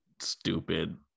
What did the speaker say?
stupid